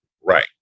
Right